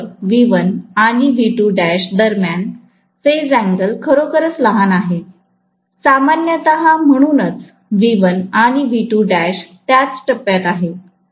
तर V1 आणिदरम्यान phase angle खरोखरच लहान असेल सामान्यत म्हणूनच V1 आणि त्याच टप्प्यात आहेत